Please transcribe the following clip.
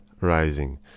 rising